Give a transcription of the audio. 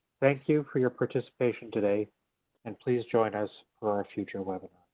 thank you for your participation today and please join us for our future webinars.